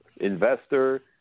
investor